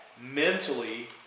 mentally